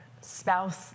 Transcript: spouse